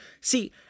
See